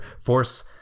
force